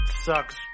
sucks